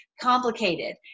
complicated